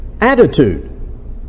attitude